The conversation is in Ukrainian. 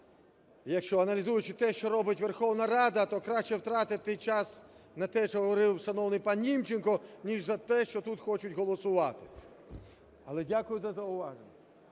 якщо аналізуючи те, що робить Верховна Рада, то краще втратити час на те, що говорив шановний пан Німченко, ніж на те, що тут хочуть голосувати. Але дякую за зауваження.